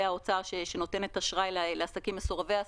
האוצר שנותנת אשראי לעסקים מסורבי אשראי.